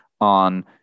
on